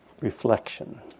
reflection